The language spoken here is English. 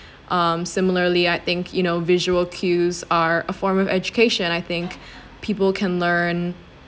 um similarly I think you know visual cues are a form of education I think people can learn